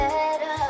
Better